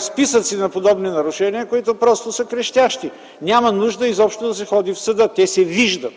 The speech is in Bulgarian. – списъци на подобни нарушения, които просто са крещящи. Няма нужда изобщо да се ходи в съда, те се виждат.